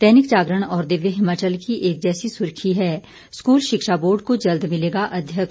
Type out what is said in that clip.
दैनिक जागरण और दिव्य हिमाचल की एक जैसी सुर्खी है स्कूल शिक्षा बोर्ड को जल्द मिलेगा अघ्यक्ष